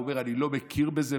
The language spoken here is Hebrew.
והוא אומר: אני לא מכיר בזה,